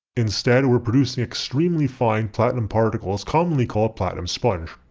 instead we're producing extremely fine platinum particles commonly called platinum sponge.